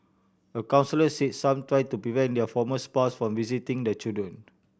a counsellor said some try to prevent their former spouse from visiting the children